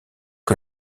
que